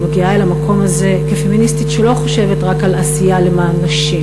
אני מגיעה אל המקום הזה כפמיניסטית שלא חושבת רק על עשייה למען נשים.